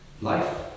life